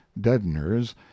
deadeners